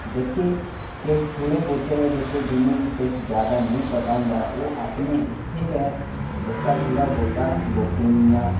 ते जेह्के किश थोहड़े बोह्ते जिनें ई किश जादा नेईं पता होंदा ऐ ओह् अपने इत्थै गै जेह्का थोह्ड़ा बोह्ता लोकें दियां